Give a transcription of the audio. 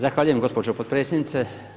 Zahvaljujem gospođo potpredsjednice.